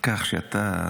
כך שאתה,